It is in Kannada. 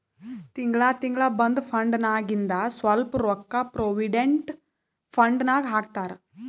ತಿಂಗಳಾ ತಿಂಗಳಾ ನಿಂದ್ ಪಗಾರ್ನಾಗಿಂದ್ ಸ್ವಲ್ಪ ರೊಕ್ಕಾ ಪ್ರೊವಿಡೆಂಟ್ ಫಂಡ್ ನಾಗ್ ಹಾಕ್ತಾರ್